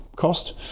Cost